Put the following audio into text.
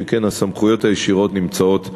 שכן הסמכויות הישירות נמצאות אצלם.